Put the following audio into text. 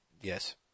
Yes